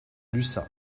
lussas